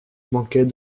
manquait